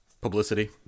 Publicity